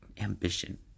ambition